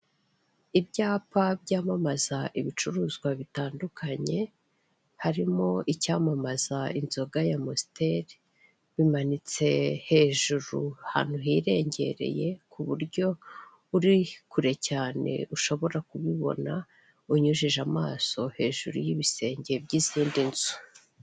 Ibyapa byamamaza ibicuruzwa bitandukanye, harimo icyamamaza inzoga ya amositeri, bimanitse hejuru, ahantu hirengereye, ku buryo uri kure cyane ushobora kubibona, unyujije amaso hejuru y'ibisenge by'izindi nzu.